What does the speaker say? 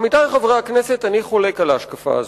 עמיתי חברי הכנסת, אני חולק על ההשקפה הזאת.